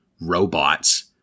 robots